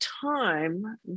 time